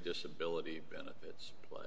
disability benefits play